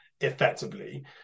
effectively